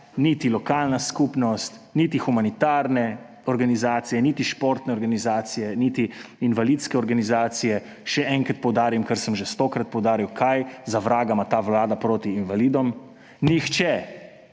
niti lokalna skupnost, niti humanitarne organizacije, niti športne organizacije, niti invalidske organizacije, še enkrat poudarim, kar sem že stokrat poudaril, kaj, za vraga, ima ta vlada proti invalidom. Nihče